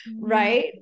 right